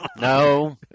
No